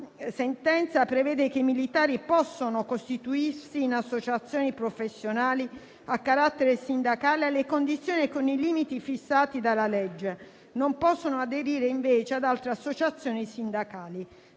sentenza - che i militari possono costituire associazioni professionali a carattere sindacale alle condizioni e con i limiti fissati dalla legge e non possono aderire ad altre associazioni sindacali.